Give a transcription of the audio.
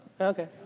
Okay